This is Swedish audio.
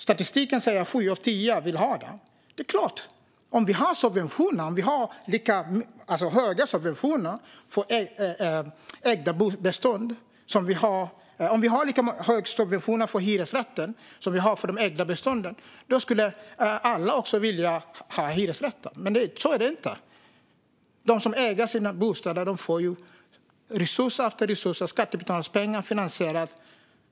Statistiken säger att sju av tio vill det. Om vi hade lika höga subventioner för hyresrätter som för de ägda bestånden är det klart att alla skulle vilja ha hyresrätter, men så är det inte. De som äger sina bostäder får resurser efter resurser och finansiering genom skattebetalarnas pengar.